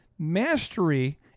Mastery